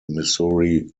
missouri